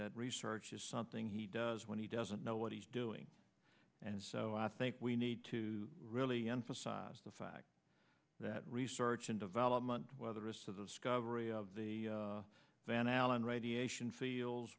that research is something he does when he doesn't know what he's doing and so i think we need to really emphasize the fact that research and development whether it's of the scav or a of the van allen radiation